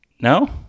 No